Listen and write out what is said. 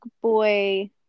boy